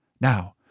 Now